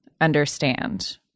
understand